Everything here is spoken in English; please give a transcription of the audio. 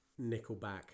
Nickelback